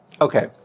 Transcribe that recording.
Okay